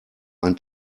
ein